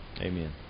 amen